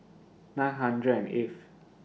nine hundred and eighth